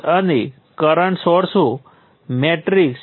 તેથી સ્પષ્ટ રીતે આપણે આને I12 નો ઉપયોગ આપણાં સમીકરણોમાં કરી શકતા નથી